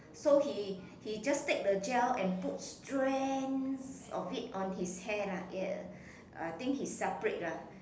so he he just take the gel and put strands of it on his hair lah ya I think he separate ah